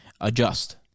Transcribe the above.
adjust